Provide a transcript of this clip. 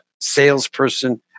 salesperson